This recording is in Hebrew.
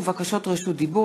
נחמן שי ודוד צור,